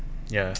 ya